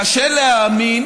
קשה להאמין,